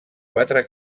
quatre